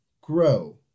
grow